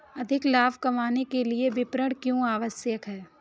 अधिक लाभ कमाने के लिए विपणन क्यो आवश्यक है?